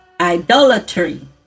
idolatry